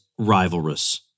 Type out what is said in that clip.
rivalrous